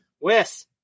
Wes